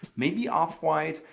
maybe off-white,